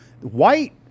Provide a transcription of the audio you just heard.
White